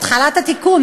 על התחלת התיקון.